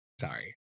sorry